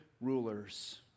rulers